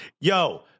Yo